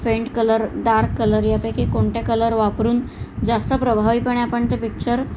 faint colour dark colour यापैकी कोणते colour वापरून जास्त प्रभावीपणे आपण ते पिक्चर